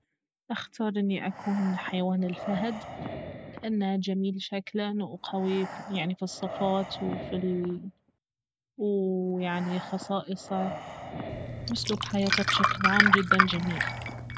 اختار اني أكون حيوان الفهد لانه جميل شكلاً وقوي يعني في الصفات وفي ال- وخصائصه وأسلوب حياته بشكل عام جدا جميل